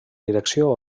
direcció